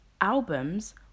albums